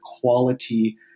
quality